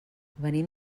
venim